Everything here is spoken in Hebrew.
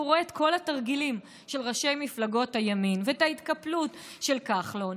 הוא רואה את כל התרגילים של ראשי מפלגות הימין ואת ההתקפלות של כחלון,